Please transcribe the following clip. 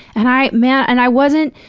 and i man and i wasn't.